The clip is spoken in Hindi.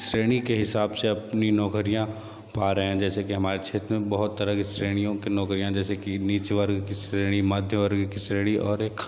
श्रेणी के हिसाब से अपनी नौकरियाँ पा रहे हैं जैसे हमारे क्षेत्र में बहुत तरह की श्रेणियों की नौकरियाँ जैसे की नीच वर्ग की श्रेणी मध्य वर्ग की श्रेणी और एक